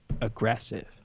aggressive